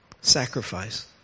sacrifice